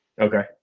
Okay